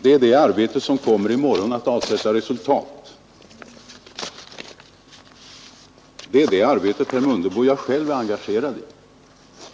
Det är det arbetet som kommer att avsätta resultat i morgon. Det är det arbetet, herr Mundebo, som jag själv är engagerad i.